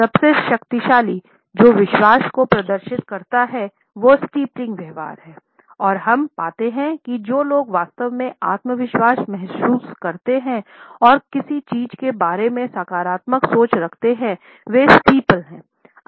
सबसे शक्तिशाली जो विश्वास को प्रदर्शित करता है वो स्टिप्लिंग हैं